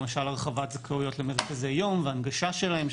למשל הרחבת זכאויות למרכזי יום והנגשה שלהם,